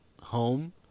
home